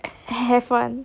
have [one]